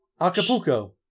acapulco